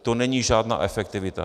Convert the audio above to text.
To není žádná efektivita.